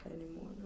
anymore